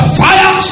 fire